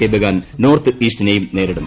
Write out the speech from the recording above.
K Bagan north ഇൌസ്റ്റിനെയും നേരിടും